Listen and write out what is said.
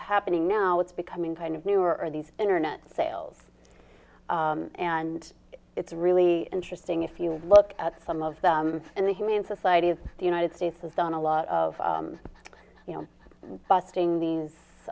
happening now it's becoming kind of new or these internet sales and it's really interesting if you look at some of them in the humane society of the united states has done a lot of you know busting these